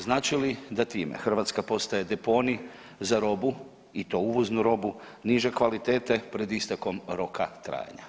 Znači li da time Hrvatska postaje deponij za robu i to uvoznu robu niže kvalitete pred istekom roka trajanja?